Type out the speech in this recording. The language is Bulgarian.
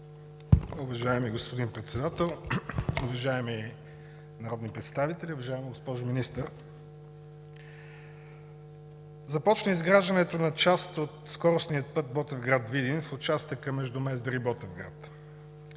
Уважаеми господин Председател, уважаеми народни представители, уважаема госпожо Министър! Започна изграждането на част от скоростния път Ботевград – Видин в участъка между Мездра и Ботевград.